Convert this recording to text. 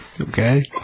Okay